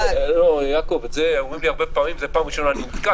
בזה אני פעם ראשונה נתקל.